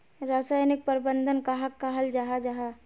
रासायनिक प्रबंधन कहाक कहाल जाहा जाहा?